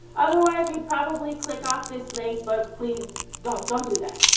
otherwise you'd probably click off this link, but please don't, don't do that.